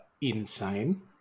insane